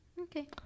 Okay